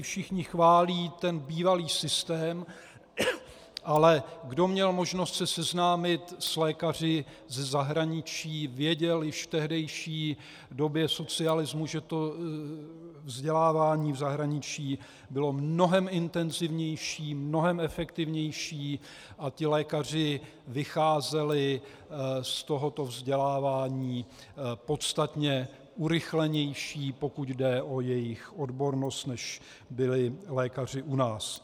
Všichni chválí ten bývalý systém, ale kdo měl možnost se seznámit s lékaři ze zahraničí, věděl už v tehdejší době socialismu, že vzdělávání v zahraničí bylo mnohem intenzivnější, mnohem efektivnější a lékaři vycházeli z tohoto vzdělávání podstatně urychlenější, pokud jde o jejich odbornost, než byli lékaři u nás.